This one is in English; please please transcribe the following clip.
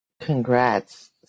Congrats